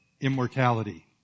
immortality